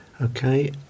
Okay